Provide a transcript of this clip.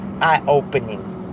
Eye-opening